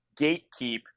gatekeep